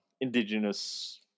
indigenous